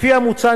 לפי המוצע,